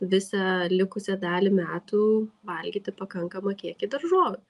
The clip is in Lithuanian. visą likusią dalį metų valgyti pakankamą kiekį daržovių